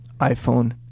iPhone